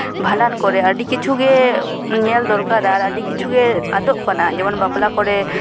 ᱵᱷᱟᱸᱰᱟᱱ ᱠᱚᱨᱮᱫ ᱟᱹᱰᱤ ᱠᱤᱪᱷᱩ ᱜᱮ ᱧᱮᱞ ᱫᱚᱨᱠᱟᱨᱟ ᱟᱨ ᱟᱹᱰᱤ ᱠᱤᱪᱷᱩ ᱜᱮ ᱟᱫᱚᱜ ᱠᱟᱱᱟ ᱡᱮᱢᱚᱱ ᱵᱟᱯᱞᱟ ᱠᱚᱨᱮᱫ